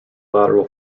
lateral